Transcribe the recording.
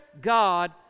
God